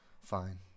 Fine